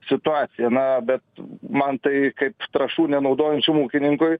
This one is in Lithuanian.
situacija na bet man tai kaip trąšų nenaudojančiam ūkininkui